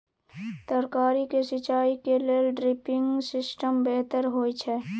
तरकारी के सिंचाई के लेल ड्रिपिंग सिस्टम बेहतर होए छै?